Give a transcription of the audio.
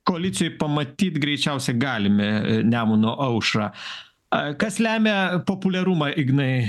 koalicijoj pamatyt greičiausiai galime nemuno aušrą a kas lemia populiarumą ignai